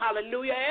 hallelujah